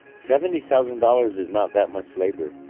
seventy thousand dollars is not that much labor.